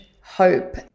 hope